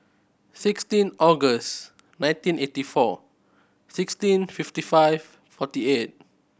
sixteen August nineteen eighty four sixteen fifty five forty eight